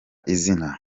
izina